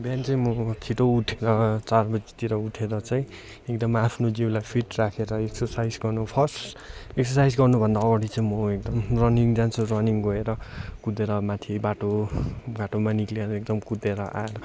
बिहान चाहिँ म छिट्टो उठेर चार बजीतिर उठेर चाहिँ एकदम आफ्नो जिउलाई फिट राखेर एक्सरसाइज गर्नु फर्स्ट एक्सरसाइज गर्नुभन्दा अगडि चाहिँ म एकदम रनिङ जान्छु रनिङ गएर कुदेर माथि बाटो बाटोमा निक्लेर एकदम कुदेर आएर